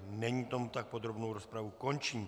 Není tomu tak, podrobnou rozpravu končím.